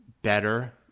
Better